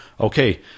Okay